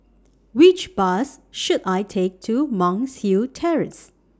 Which Bus should I Take to Monk's Hill Terrace